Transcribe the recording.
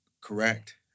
Correct